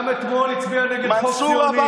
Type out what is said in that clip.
וגם אתמול הצביע נגד חוק ציוני.